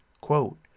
quote